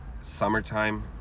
summertime